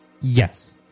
Yes